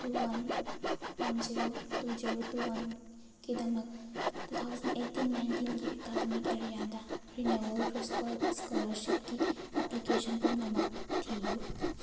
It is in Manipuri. two one one zero two zero two one ꯀꯤꯗꯃꯛ ꯇꯨ ꯊꯥꯎꯖꯟ ꯑꯩꯠꯇꯤꯟ ꯅꯥꯏꯟꯇꯤꯟꯒꯤ ꯑꯦꯀꯥꯗꯃꯤꯛ ꯑꯦꯔꯤꯌꯦꯗ ꯔꯤꯅꯦꯋꯦꯜ ꯏꯁꯀꯣꯂꯥꯔꯁꯤꯞꯀꯤ ꯑꯦꯄ꯭ꯂꯤꯀꯦꯁꯟ ꯄꯨꯝꯅꯃꯛ ꯊꯤꯌꯨ